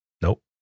Nope